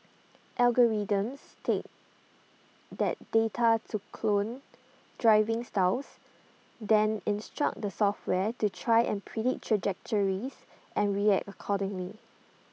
algorithms take that data to clone driving styles then instruct the software to try and predict trajectories and react accordingly